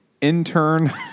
intern